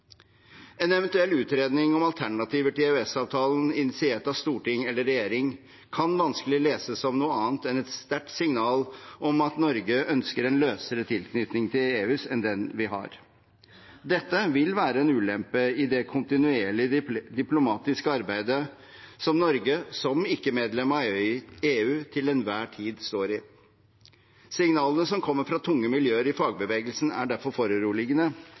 En eventuell utredning om alternativer til EØS-avtalen, initiert av storting eller regjering, kan vanskelig leses som noe annet enn et sterkt signal om at Norge ønsker en løsere tilknytning til EU enn den vi har. Dette vil være en ulempe i det kontinuerlige diplomatiske arbeidet som Norge, som ikke-medlem av EU, til enhver tid står i. Signalene som kommer fra tunge miljøer i fagbevegelsen, er derfor foruroligende,